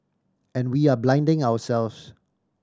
and we are blinding ourselves